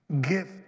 Gift